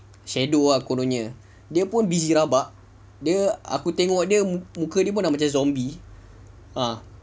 shadow ah kononnya dia pun busy rabak dia aku tengok dia muka dia pun dah macam zombie ah